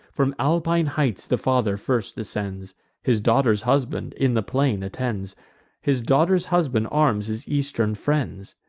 from alpine heights the father first descends his daughter's husband in the plain attends his daughter's husband arms his eastern friends.